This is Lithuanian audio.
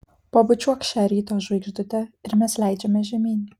pabučiuok šią ryto žvaigždutę ir mes leidžiamės žemyn